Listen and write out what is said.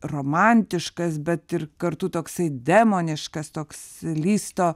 romantiškas bet ir kartu toksai demoniškas toks listo